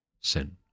sin